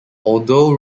although